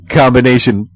combination